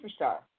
superstar